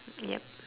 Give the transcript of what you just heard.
yup